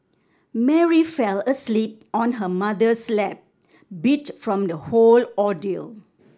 Mary fell asleep on her mother's lap beat from the whole ordeal